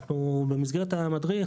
במסגרת המדריך,